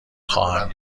خواهم